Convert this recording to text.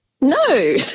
No